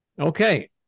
Okay